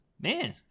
man